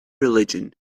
religion